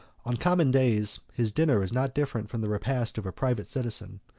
on common days, his dinner is not different from the repast of a private citizen,